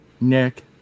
Nick